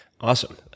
Awesome